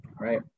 right